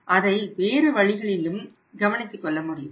ஆனால் அதை வேறு வழிகளிலும் கவனித்துக்கொள்ள முடியும்